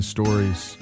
Stories